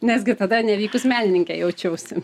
nes gi tada nevykus menininkė jaučiausi